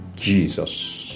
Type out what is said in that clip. Jesus